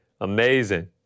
Amazing